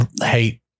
hate